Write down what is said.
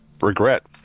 regret